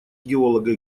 геолога